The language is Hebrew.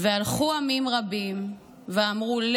והלכו עמים רבים ואמרו,